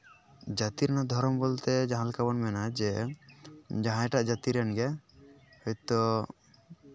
ᱡᱟᱹᱛᱤ ᱨᱮᱱᱟᱜ ᱫᱷᱚᱨᱚᱢ ᱵᱚᱞᱛᱮ ᱡᱟᱦᱟᱸ ᱞᱮᱠᱟ ᱵᱚᱱ ᱢᱮᱱᱟ ᱦᱮᱸ ᱡᱟᱦᱟᱸᱭᱴᱟᱜ ᱡᱟᱹᱛᱤ ᱨᱮᱱᱜᱮ ᱦᱚᱭᱛᱳ